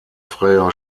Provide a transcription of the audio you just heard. freier